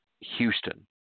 Houston